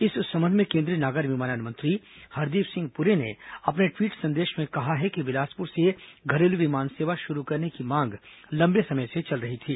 इस संबंध में केंद्रीय नागर विमान मंत्री हरदीप सिंह पुरी ने अपने ट्वीट संदेश में कहा है कि बिलासपुर से घरेलू विमान सेवा शुरू करने की मांग लंबे समय से चल रही थी